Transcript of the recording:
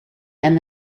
and